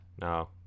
No